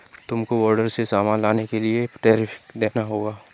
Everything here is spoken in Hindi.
तुमको बॉर्डर से सामान लाने के लिए टैरिफ देना होगा